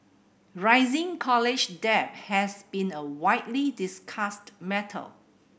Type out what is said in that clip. rising college debt has been a widely discussed matter